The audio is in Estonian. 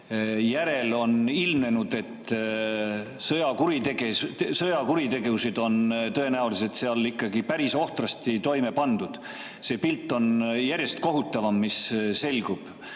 järel on ilmnenud, et sõjakuritegusid on tõenäoliselt seal ikkagi päris ohtrasti toime pandud. See pilt, mis selgub,